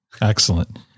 Excellent